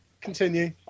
continue